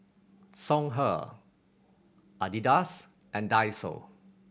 Songhe Adidas and Daiso